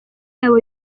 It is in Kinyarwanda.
yabo